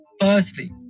Firstly